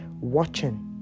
watching